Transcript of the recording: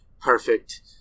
perfect